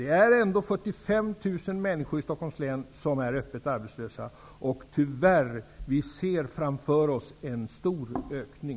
Det är ändå 45 000 människor som är öppet arbetslösa. Tyvärr ser vi framför oss en stor ökning.